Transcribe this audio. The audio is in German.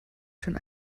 schon